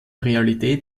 realität